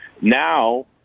Now